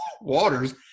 waters